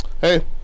Hey